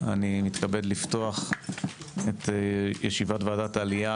אני מתכבד לפתוח את ישיבת ועדת העלייה,